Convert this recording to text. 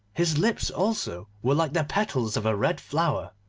his lips, also, were like the petals of a red flower,